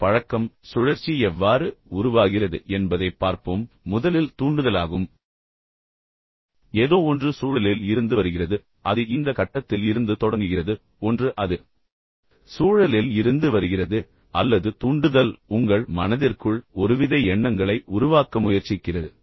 இந்த பழக்கம் சுழற்சி எவ்வாறு உருவாகிறது என்பதைப் பார்ப்போம் முதலில் தூண்டுதலாகும் ஏதோ ஒன்று சூழலில் இருந்து வருகிறது அது இந்த கட்டத்தில் இருந்து தொடங்குகிறது ஒன்று அது சூழலில் இருந்து வருகிறது அல்லது தூண்டுதல் உங்கள் மனதிற்குள் ஒருவித எண்ணங்களை உருவாக்க முயற்சிக்கிறது